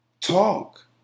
Talk